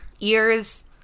ears